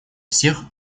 всех